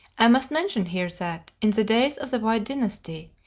i must mention here that, in the days of the white dynasty,